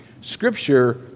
Scripture